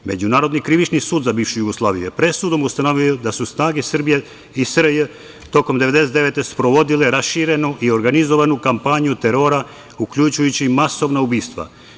Međunarodni krivični sud za bivšu Jugoslaviju je presudom ustanovio da su snage Srbije i SRJ tokom 1999. godine sprovodile raširenu i organizovanu kampanju terora, uključujući i masovna ubistva.